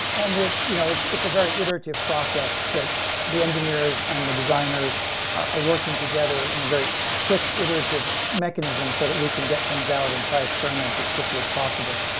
and it's you know it's a very iterative process that the engineers and the designers are are working together in a very quick iterative mechanism so that we can get things out and try experiments as quickly as possible.